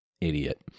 idiot